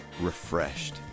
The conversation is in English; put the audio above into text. refreshed